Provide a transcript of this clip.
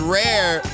rare